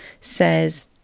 says